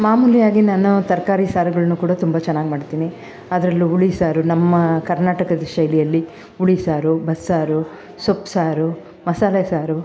ಮಾಮೂಲಿಯಾಗಿ ನಾನು ತರಕಾರಿ ಸಾರುಗಳನ್ನೂ ಕೂಡ ತುಂಬ ಚೆನ್ನಾಗಿ ಮಾಡ್ತೀನಿ ಅದರಲ್ಲೂ ಹುಳಿ ಸಾರು ನಮ್ಮ ಕರ್ನಾಟಕದ ಶೈಲಿಯಲ್ಲಿ ಹುಳಿ ಸಾರು ಬಸ್ಸಾರು ಸೊಪ್ಸಾರು ಮಸಾಲೆ ಸಾರು